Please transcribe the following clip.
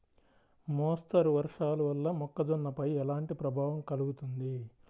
మోస్తరు వర్షాలు వల్ల మొక్కజొన్నపై ఎలాంటి ప్రభావం కలుగుతుంది?